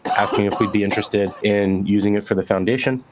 asking if we'd be interested in using it for the foundation.